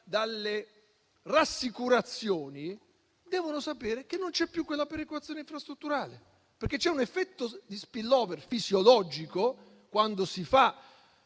dalle rassicurazioni devono sapere che non c'è più quella perequazione infrastrutturale. C'è un effetto di *spillover* fisiologico, quando si fa